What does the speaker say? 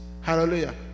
Hallelujah